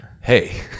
Hey